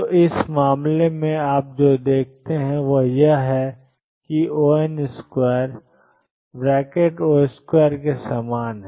तो इस मामले में आप जो देखते हैं वह यह है कि On2 ⟨O2⟩ के समान है